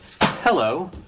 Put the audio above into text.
hello